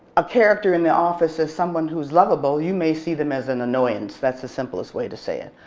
a character in the office as someone who is lovable. you may see them as an annoyance. that's the simplest way to say it.